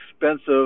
expensive